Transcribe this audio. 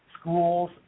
schools